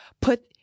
put